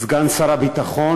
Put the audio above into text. סגן שר הביטחון,